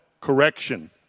Correction